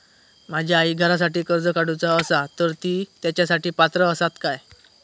माझ्या आईक घरासाठी कर्ज काढूचा असा तर ती तेच्यासाठी पात्र असात काय?